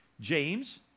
James